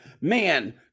man